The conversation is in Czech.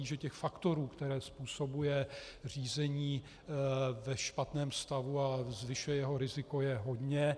Že těch faktorů, které způsobuje řízení ve špatném stavu a zvyšuje jeho riziko, je hodně.